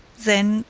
then,